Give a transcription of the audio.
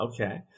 Okay